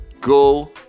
go